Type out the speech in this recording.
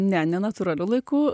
ne nenatūraliu laiku